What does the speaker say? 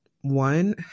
one